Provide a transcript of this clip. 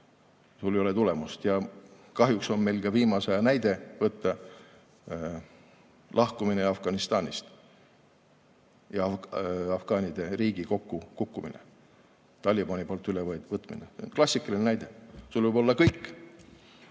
sul ei ole tulemust. Kahjuks on meil ka viimase aja näide võtta: lahkumine Afganistanist ja afgaanide riigi kokkukukkumine, Talibani poolt ülevõtmine. Klassikaline näide. Sul võib olla kõik,